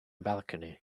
balcony